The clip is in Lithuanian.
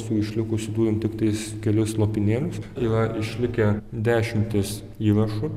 jų išlikusių turim tiktais kelis lopinėlius yra išlikę dešimtis įrašų